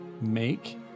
make